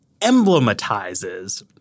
emblematizes